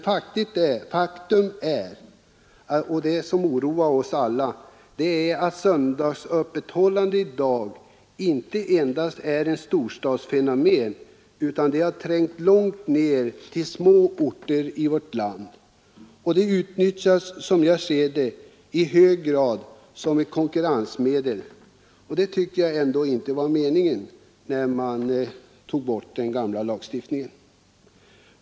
Men det faktum som oroar oss alla är att söndagsöppethållandet i dag inte endast är ett storstadsfenomen, utan att det har trängt långt ned till små orter i vårt land. Det utnyttjas, som jag ser det, i hög grad som ett konkurrensmedel. Det var ändå inte meningen när man tog bort den gamla lagstiftningen.